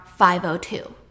502